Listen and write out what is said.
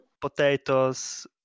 potatoes